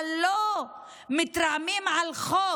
אבל לא מתרעמים על חוק